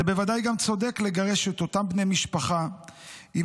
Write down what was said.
זה בוודאי גם צודק לגרש את אותם בני משפחה אם